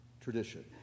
tradition